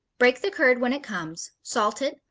break the curd when it comes, salt it,